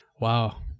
wow